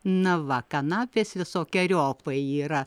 na va kanapės visokeriopai yra